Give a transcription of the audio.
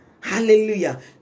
hallelujah